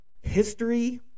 history